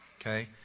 Okay